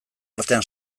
artean